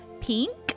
pink